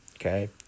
okay